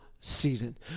season